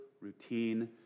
routine